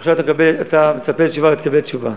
עכשיו אתה מצפה לתשובה, ותקבל תשובה.